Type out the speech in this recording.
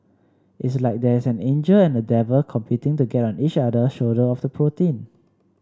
it's like there's an angel and a devil competing to get on each shoulder of the protein